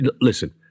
Listen